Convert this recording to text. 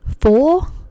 four